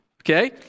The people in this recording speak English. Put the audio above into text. okay